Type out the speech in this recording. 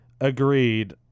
agreed